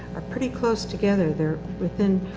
are pretty close together. they're within